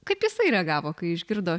kaip jisai reagavo kai išgirdo